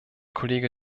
kollege